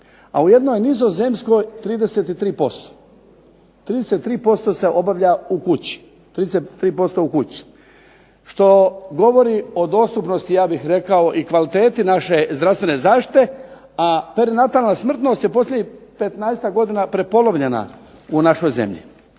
a u jednoj Nizozemskoj 33%, 33% se obavlja u kući što govori o dostupnosti ja bih rekao i kvaliteti naše zdravstvene zaštite, a perinatalna smrtnost je posljednjih 15-tak godina prepolovljena u našoj zemlji.